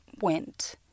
went